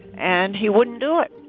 and he wouldn't do it.